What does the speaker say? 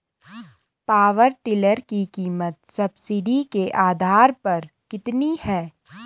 Power tiller की कीमत subsidy के आधार पर कितनी है?